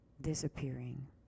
disappearing